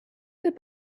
good